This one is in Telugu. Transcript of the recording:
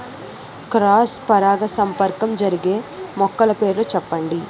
క్రాస్ పరాగసంపర్కం జరిగే మొక్కల పేర్లు చెప్పండి?